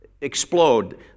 explode